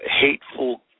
hateful